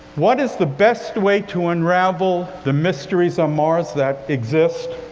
what is the best way to unravel the mysteries on mars that exist?